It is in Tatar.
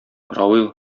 равил